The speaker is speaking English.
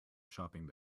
shopping